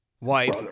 Wife